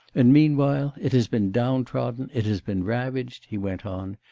and, meanwhile, it has been downtrodden, it has been ravaged he went on,